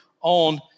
on